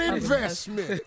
Investment